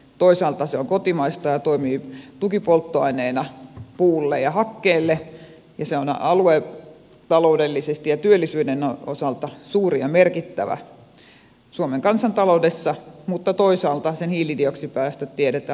toisaalta se on kotimaista ja toimii tukipolttoaineena puulle ja hakkeelle ja se on aluetaloudellisesti ja työllisyyden osalta suuri ja merkittävä suomen kansantaloudessa mutta toisaalta sen hiilidioksidipäästöjen tiedetään olevan varsin mittavat